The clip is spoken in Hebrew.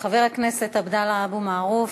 חבר הכנסת עבדאללה אבו מערוף.